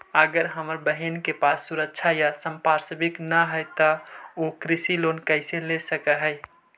अगर हमर बहिन के पास सुरक्षा या संपार्श्विक ना हई त उ कृषि लोन कईसे ले सक हई?